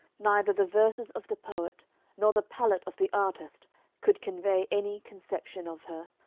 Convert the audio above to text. neither the verses of the poet nor the palette of the artist could convey any conception of her.